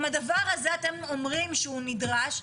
אם הדבר הזה אתם אומרים שהוא נדרש,